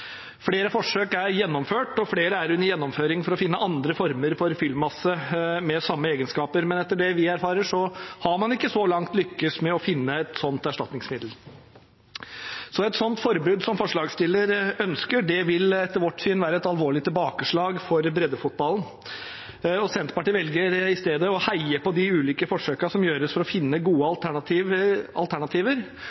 Flere forsøk er gjennomført, og flere er under gjennomføring for å finne andre former for fyllmasse med samme egenskaper. Men etter det vi erfarer, har man ikke så langt lyktes med å finne et slikt erstatningsmiddel. Så et slikt forbud som forslagsstillerne ønsker, vil etter vårt syn være et alvorlig tilbakeslag for breddefotballen. Senterpartiet velger i stedet å heie på de ulike forsøkene som gjøres for å finne gode